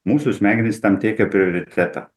mūsų smegenys tam teikia prioritetą